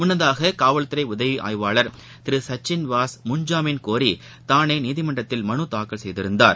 முன்னதாக காவல்துறைஉதவிஆய்வாளர் திருசச்சின் வாஸ் முன்ஜாமீன் கோரிதானேநீதிமன்றத்தில் மனுதாக்கல் செய்திருந்தார்